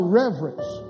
reverence